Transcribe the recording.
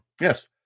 Yes